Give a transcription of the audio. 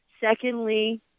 secondly